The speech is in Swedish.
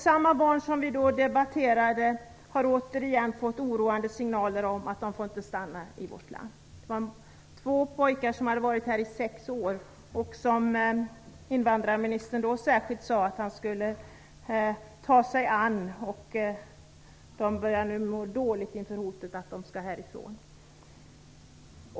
Samma barn som vi debatterade om har återigen fått oroande signaler om att de inte får stanna i vårt land. Två pojkar har varit här i 6 år. Invandrarministern sade att han särskilt skulle ta sig an dem, och de börjar nu må dåligt inför hotet om utvisning.